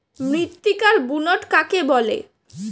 মৃত্তিকার বুনট কাকে বলে?